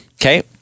Okay